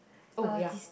oh ya